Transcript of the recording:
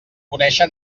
conèixer